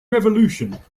revolution